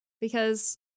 because-